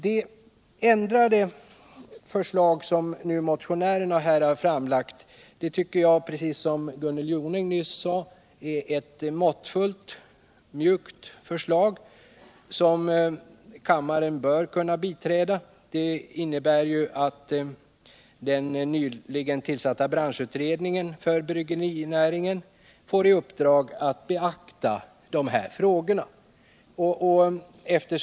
Det ändrade yrkande som motionärerna här har framlagt tycker jag i likhet med vad Gunnel Jonäng nyss anförde är ett måttfullt och mjukt förslag, som kammaren bör kunna biträda. Det innebär att den nyligen tillsatta branschutredningen får i uppdrag att beakta dessa frågor.